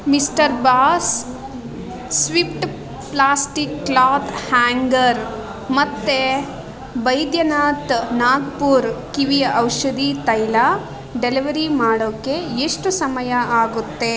mister boss swift plastic cloth hanger ಮತ್ತು ಬೈದ್ಯನಾಥ್ ನಾಗ್ಪೂರ್ ಕಿವಿಯ ಔಷಧಿ ತೈಲ ಡೆಲಿವರಿ ಮಾಡೋಕ್ಕೆ ಎಷ್ಟು ಸಮಯ ಆಗುತ್ತೆ